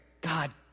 God